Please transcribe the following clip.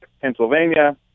Pennsylvania